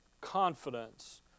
confidence